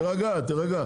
תירגע, תירגע.